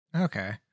Okay